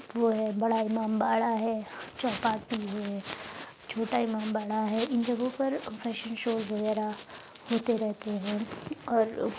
وہ ہے بڑا امام باڑہ ہے چوپاٹی ہے چھوٹا امام باڑہ ہے ان جگہوں پر فیشن شوز وغیرہ ہوتے رہتے ہیں اور